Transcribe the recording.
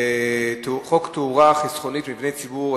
תאורה חסכונית במבני ציבור,